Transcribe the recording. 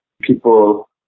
people